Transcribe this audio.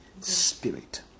Spirit